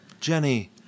Jenny